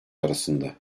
arasında